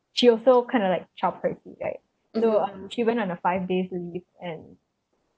she also kind of like chop her seat right so um she went on a five days leave and